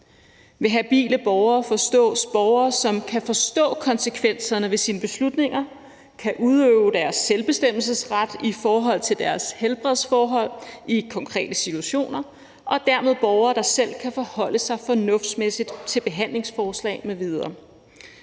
Ved habile borgere forstås borgere, som kan forstå konsekvenserne af deres beslutninger og kan udøve deres selvbestemmelsesret i forhold til deres helbredsforhold i konkrete situationer, og dermed borgere, der selv kan forholde sig fornuftsmæssigt til behandlingsforslag m.v.